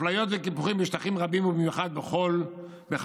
הפליות וקיפוחים, בשטחים רבים ובמיוחד בכלכלה.